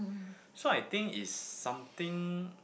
so I think it's something